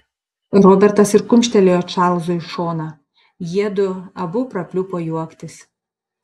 robertas ir kumštelėjo čarlzui į šoną jiedu abu prapliupo juoktis